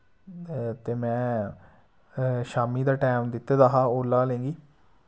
ते मैं शाम्मी दा टैम दित्ते दा हा ओला आह्ले गी